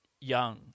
young